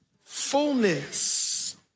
fullness